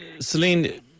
Celine